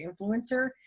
influencer